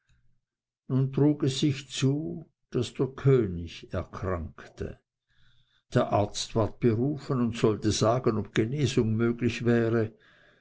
nun trug es sich zu daß der könig erkrankte der arzt ward berufen und sollte sagen ob genesung möglich wäre